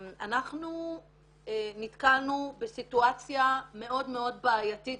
אנחנו נתקלנו בסיטואציה מאוד מאוד בעייתית